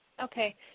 okay